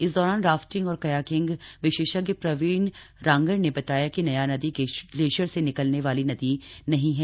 इस दौरान राफ्टिंग और कयाकिंग विशेषज्ञ प्रवीन रांगड़ बताया कि नयार नदी ग्लेशियर से निकलने वाली नदी नहीं है